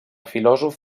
filòsof